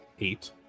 eight